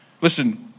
Listen